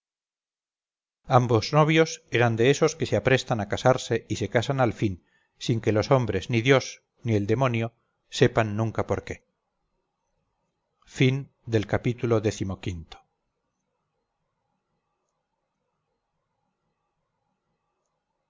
ambos novios eran de esos que se aprestan a casarse y se casan al fin sin que los hombres ni dios ni el demonio sepan nunca por qué ii